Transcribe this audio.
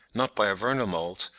not by a vernal moult,